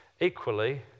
Equally